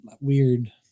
weird